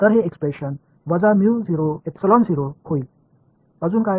तर हे एक्सप्रेशन वजा होईल अजून काय